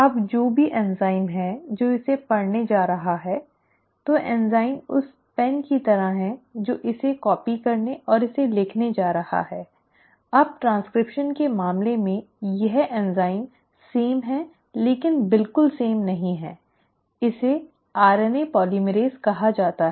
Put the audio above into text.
अब जो भी एंजाइम है जो इसे पढ़ने जा रहा है तो एंजाइम उस कलम की तरह है जो इसे कॉपी करने और इसे लिखने जा रहा है अब ट्रांसक्रिप्शन के मामले में यह एंजाइम समान है लेकिन बिल्कुल समान नहीं है इसे आरएनए पोलीमरेज़ कहा जाता है